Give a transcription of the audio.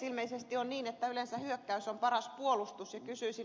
ilmeisesti on niin että yleensä hyökkäys on paras puolustus ja kysyisin